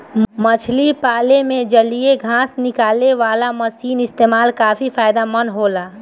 मछरी पाले में जलीय घास निकालेवाला मशीन क इस्तेमाल काफी फायदेमंद होला